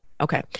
Okay